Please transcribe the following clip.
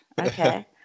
Okay